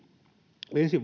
ensi